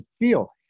feel